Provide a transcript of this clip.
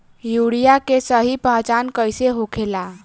Urea के सही पहचान कईसे होखेला?